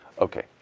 Okay